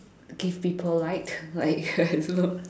give people like like I don't know